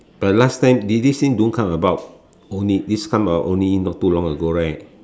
but last time this this thing don't come about only this come about only not too long ago right